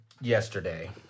yesterday